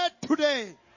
today